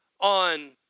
on